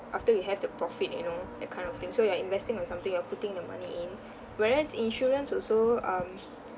after you have the profit you know that kind of thing so you're investing on something you're putting the money in whereas insurance also um